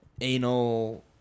anal